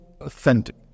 authentic